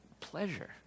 pleasure